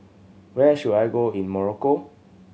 where should I go in Morocco